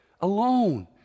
Alone